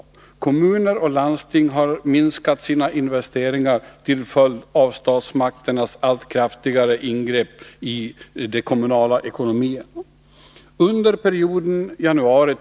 Kommuner och landsting har minskat sina investeringar till följd av statsmakternas allt kraftigare ingrepp i de kommunala ekonomierna.